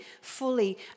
fully